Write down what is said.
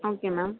okay ma'am